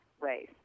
race